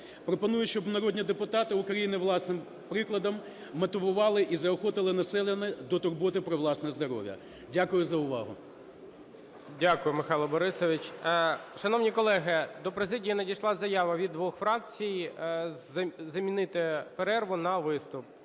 Пропоную, щоб народні депутати України власним прикладом мотивували і заохотили населення до турботи про власне здоров'я. Дякую за увагу. ГОЛОВУЮЧИЙ. Дякую, Михайло Борисович. Шановні колеги, до президії надійшла заява від двох фракцій замінити перерву на виступ.